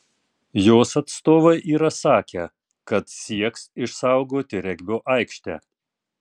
jos atstovai yra sakę kad sieks išsaugoti regbio aikštę